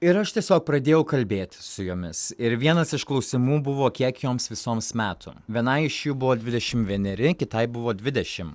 ir aš tiesiog pradėjau kalbėt su jomis ir vienas iš klausimų buvo kiek joms visoms metų vienai iš jų buvo dvidešim vieneri kitai buvo dvidešim